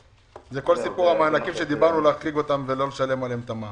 זה כל סיפור המענקים שדיברנו --- ולא לשלם עליהם את המע"מ,